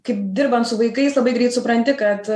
kaip dirbant su vaikais labai greit supranti kad